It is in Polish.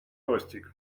pościg